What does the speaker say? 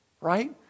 right